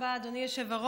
תודה רבה, אדוני היושב-ראש.